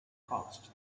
caused